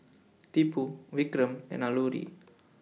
Tipu Vikram and Alluri